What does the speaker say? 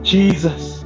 Jesus